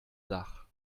dach